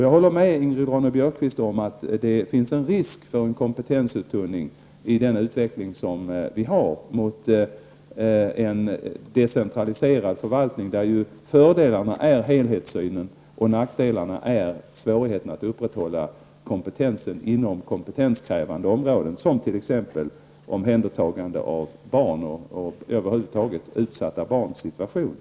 Jag håller med Ingrid Ronne-Björkqvist om att det finns en risk för en kompetensuttunning i den utveckling som äger rum mot en decentraliserad förvaltning, där fördelen är helhetssynen och nackdelen är svårigheten att upprätthålla kompetensen inom kompetenskrävande områden, som t.ex. omhändertagande av barn och över huvud taget utsatta barns situation.